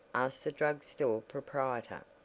asked the drug store proprietor.